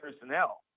personnel